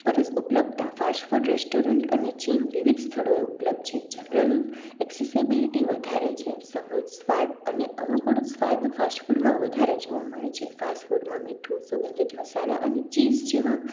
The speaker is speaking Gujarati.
પરસ ઉપલબ્ધતા ફાસ્ટફૂડ રેસ્ટોરન્ટ અને ચીન વિવિધ સ્થળોએ ઉપલબ્ધ છે જનરલ એક્સેસેબીલિટી વધારે છે સમૃદ્ધ સ્વાદ અને અનુકૂળ સ્વાદ ફાસ્ટફૂડમાં વધારે જોવા મળે છે ફાસ્ટફૂડમાં મીઠું સુગંધિત મસાલા અને ચીઝ જેવા